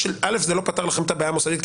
זה לא פתר לכם את הבעיה המוסדית,